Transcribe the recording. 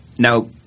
Now